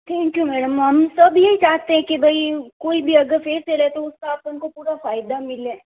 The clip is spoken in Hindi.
थैंक यू मैडम हम सब यही चाहते हैं कि भाई कोई भी अगर पैसे ले तो उसका अपन को पूरा फ़ायदा मिलें